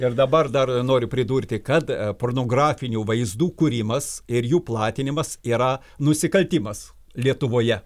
ir dabar dar noriu pridurti kad pornografinių vaizdų kūrimas ir jų platinimas yra nusikaltimas lietuvoje